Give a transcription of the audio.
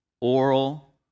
oral